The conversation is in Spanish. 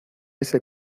ese